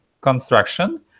construction